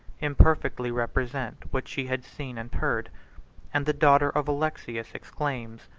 imperfectly represent what she had seen and heard and the daughter of alexius exclaims,